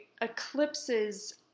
eclipses